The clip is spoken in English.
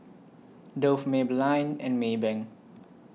Dove Maybelline and Maybank